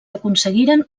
aconseguiren